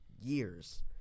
years